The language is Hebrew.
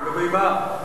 לגבי מה?